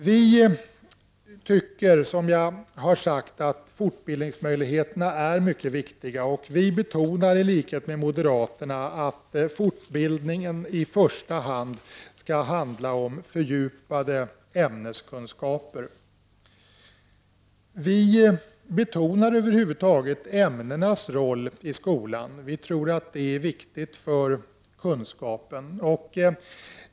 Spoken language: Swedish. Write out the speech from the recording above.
Vi i folkpartiet anser, som jag tidigare har sagt, att fortbildningsmöjligheterna är mycket viktiga. Vi betonar, i likhet med moderaterna, att fortbildningen i första hand skall gälla fördjupade ämneskunskaper. Vi betonar över huvud taget ämnenas roll i skolan. Vi tror att det är viktigt för kunskapen.